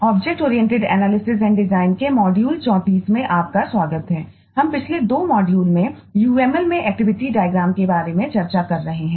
object oriented analysis and डिजाइनके बारे में चर्चा कर रहे हैं